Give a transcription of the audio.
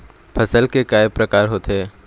फसल के कय प्रकार होथे?